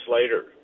later